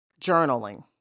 journaling